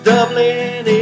Dublin